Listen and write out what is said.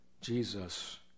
Jesus